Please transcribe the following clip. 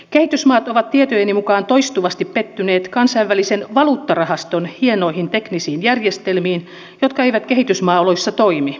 kehitysmaat ovat tietojeni mukaan toistuvasti pettyneet kansainvälisen valuuttarahaston hienoihin teknisiin järjestelmiin jotka eivät kehitysmaaoloissa toimi